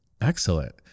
Excellent